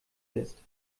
ist